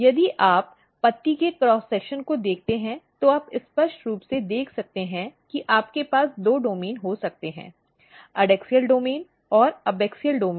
यदि आप पत्ती के क्रॉस सेक्शन को देखते हैं तो आप स्पष्ट रूप से देख सकते हैं कि आपके पास दो डोमेन हो सकते हैं एडैक्सियल डोमेन और एबाक्सिअल डोमेन